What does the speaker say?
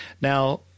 Now